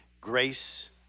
grace